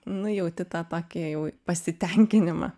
nu jauti tą tokį jau pasitenkinimą